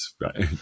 right